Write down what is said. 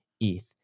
ETH